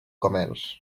comerç